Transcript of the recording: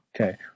Okay